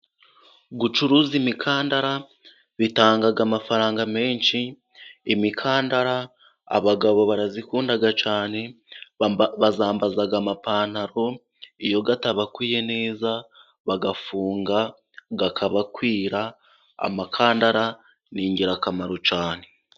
Gucuruza imikandara bitanga amafaranga menshi, imikandara abagabo barayikunda cyane bayambaza amapantaro iyo atabakwiye neza bagafunga akabakwira, imikandara ni ingirakamaro cyane.